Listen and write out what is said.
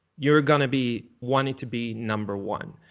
your gonna be, wanting to be number one.